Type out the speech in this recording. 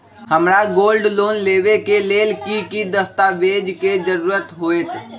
हमरा gold loan लेबे के लेल कि कि दस्ताबेज के जरूरत होयेत?